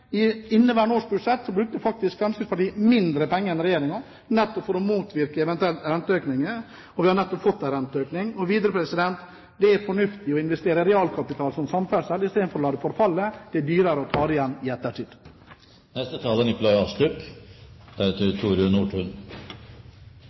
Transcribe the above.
I forbindelse med inneværende års budsjett gikk faktisk Fremskrittspartiet inn for å bruke mindre penger enn Regjeringen, nettopp for å motvirke eventuelle renteøkninger, og vi har nettopp fått en renteøkning. Og videre: Det er fornuftig å investere realkapital i samferdsel i stedet for å la transportsektoren forfalle. Det er dyrere å ta det igjen